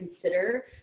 consider